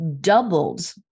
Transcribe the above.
doubled